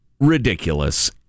ridiculous